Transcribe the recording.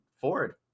ford